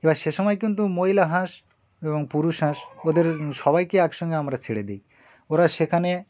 এবার সে সময় কিন্তু মহিলা হাঁস এবং পুরুষ হাঁস ওদের সবাইকে একসঙ্গে আমরা ছেড়ে দিই ওরা সেখানে